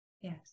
yes